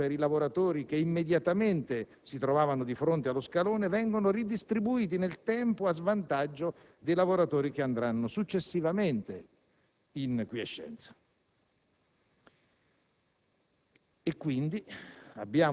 che questi costi, tolti per i lavoratori che si trovavano immediatamente di fronte allo scalone, vengano redistribuiti nel tempo a svantaggio dei lavoratori che andranno successivamente in quiescenza.